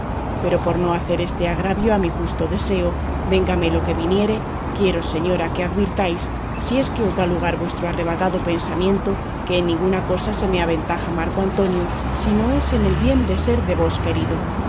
pero por no hacer este agravio a mi justo deseo véngame lo que viniere quiero señora que advirtáis si es que os da lugar vuestro arrebatado pensamiento que en ninguna cosa se me aventaja marco antonio si no es en el bien de ser de vos querido